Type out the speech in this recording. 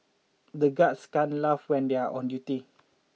the guards can't laugh when they are on duty